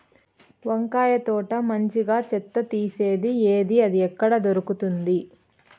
వంకాయ తోట మంచిగా చెత్త తీసేది ఏది? అది ఎక్కడ దొరుకుతుంది?